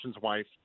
wife